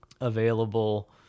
available